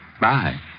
Bye